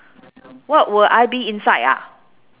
what will I be inside ah